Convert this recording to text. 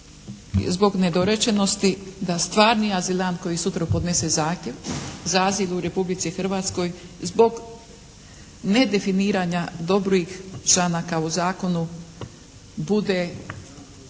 zbog nedorečenosti da stvarni azilant koji sutra podnese zahtjev za azil u Republici Hrvatskoj zbog nedefiniranja dobrih članaka u zakonu bude